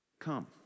come